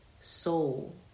soul